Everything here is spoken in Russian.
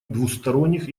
двусторонних